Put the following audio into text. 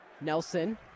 Nelson